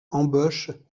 embauches